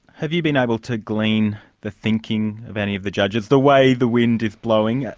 have you been able to glean the thinking of any of the judges? the way the wind is blowing?